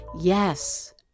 Yes